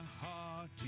heart